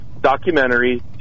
documentary